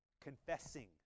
Confessing